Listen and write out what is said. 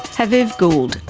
haviv gur,